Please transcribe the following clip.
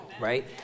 right